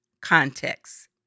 context